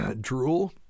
drool